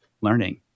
learning